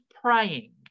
praying